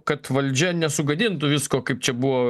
kad valdžia nesugadintų visko kaip čia buvo